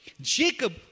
Jacob